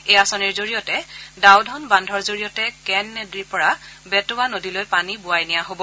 এই আঁচনিৰ জৰিয়তে ডাউধন বান্ধৰ জৰিয়তে কেন নদীৰ পৰা বেট ৱা নদীলৈ পানী বোৱাই নিয়া হ'ব